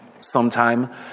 sometime